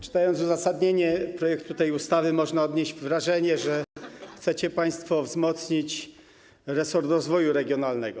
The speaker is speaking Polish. Czytając uzasadnienie projektu tej ustawy, można odnieść wrażenie, że chcecie państwo wzmocnić resort rozwoju regionalnego.